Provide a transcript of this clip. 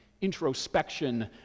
introspection